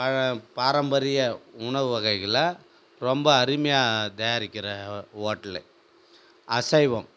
பழைய பாரம்பரிய உணவு வகைகளை ரொம்ப அருமையாக தயாரிக்கின்ற ஹோட்டலு அசைவம்